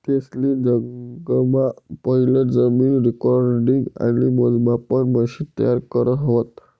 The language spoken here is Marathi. तेसनी जगमा पहिलं जमीन रेकॉर्डिंग आणि मोजमापन मशिन तयार करं व्हतं